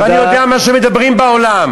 אתה מדבר שטויות.